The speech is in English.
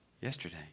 Yesterday